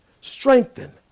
strengthen